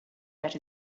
that